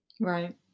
Right